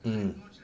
mm